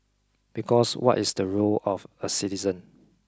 because what is the role of a citizen